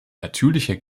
natürlicher